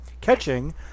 catching